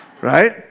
right